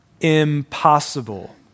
impossible